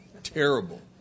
Terrible